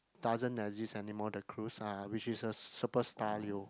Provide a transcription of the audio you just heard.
doesn't exist anymore the cruise uh which is a super star Leo